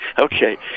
Okay